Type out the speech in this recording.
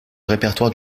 répertoire